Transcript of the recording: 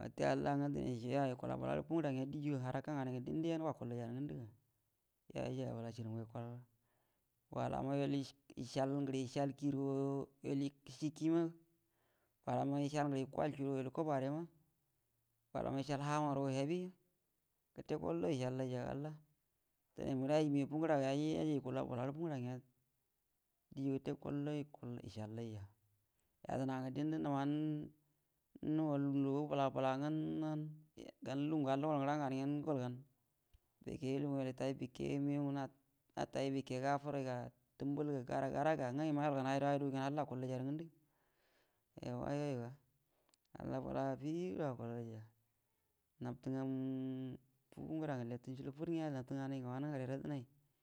wute halla nga dineshe yau yukula bəlarə fuugura nga yau haraka nganai ngə dindəgo kullaijarə ngundə yau yajaiya bəla chilum ga yukulalga walaura yol ish-ishal ngərə ishiyal ki guro yol ishi kina walama ishal ngərə ikol shuiro yol yuko bare ma malama ishal ha ma rugo yabi gəte kaldo ishallai jaga halla yaji migan furaga yayai yukula bəlarə fura dijo gəte koldo ikulishallaija yadəna ngə dingə nəm ə nol bəla-bəla nga gau lungu an luguran gəra nganə ngen gelgan bike lungu nol hutai bike nugau ngə natai bike ga afurga tumbulga ngeh halla akulyo rə ngundu yauwa yaiga halla bəla afida akulalya nabtə nganu fura ngə nabtə chilum fud nya nabtə ngamai ngə wanə huirerə dənai.